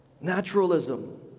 Naturalism